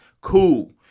Cool